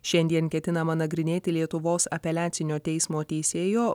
šiandien ketinama nagrinėti lietuvos apeliacinio teismo teisėjo